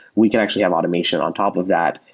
we can actually have automation on top of that.